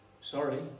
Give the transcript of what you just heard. Sorry